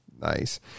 nice